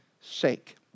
sake